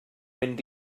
mynd